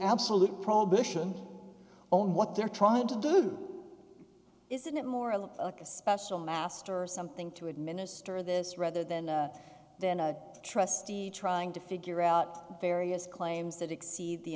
absolute prohibition on what they're trying to do isn't it more of a special master or something to administer this rather than then a trustee trying to figure out various claims that exceed the